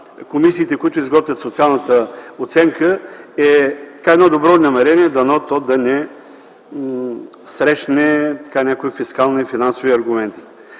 комисиите, които изготвят социалната оценка, е едно добро намерение. Дано то да не срещне някои фискални, финансови аргументи.